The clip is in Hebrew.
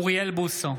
(קורא בשמות חברי הכנסת) אוריאל בוסו,